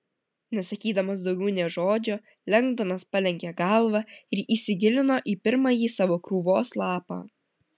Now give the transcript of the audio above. nesakydamas daugiau nė žodžio lengdonas palenkė galvą ir įsigilino į pirmąjį savo krūvos lapą